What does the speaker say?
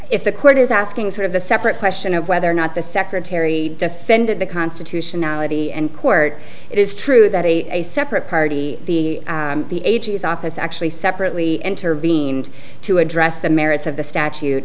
if the court is asking sort of the separate question of whether or not the secretary defended the constitutionality and court it is true that a a separate party the the a g s office actually separately intervened to address the merits of the statute